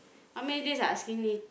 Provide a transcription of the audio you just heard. how many days I asking me